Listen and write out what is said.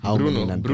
Bruno